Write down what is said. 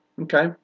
Okay